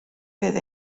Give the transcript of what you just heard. fydd